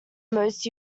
most